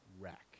wreck